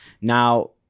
now